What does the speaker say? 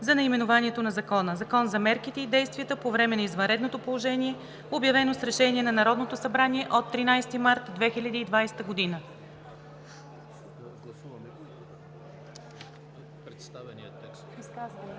за наименованието на Закона: „Закон за мерките и действията по време на извънредното положение, обявено с решение на Народното събрание от 13 март 2020 г.“